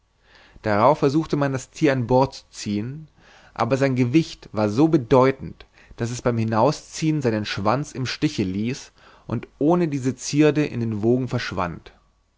darauf versuchte man das thier an bord zu ziehen aber sein gewicht war so bedeutend daß es beim hinausziehen seinen schwanz im stiche ließ und ohne diese zierde in den wogen verschwand